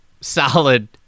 solid